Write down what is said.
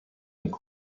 آرزو